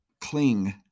cling